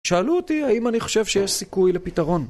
שאלו אותי האם אני חושב שיש סיכוי לפתרון.